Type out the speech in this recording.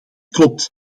klopt